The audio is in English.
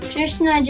Krishna